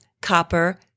copper